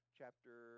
chapter